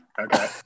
Okay